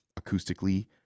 acoustically